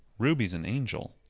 ruby's an angel.